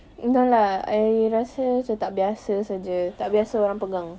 eh no lah I rasa macam tak biasa saja tak biasa orang pegang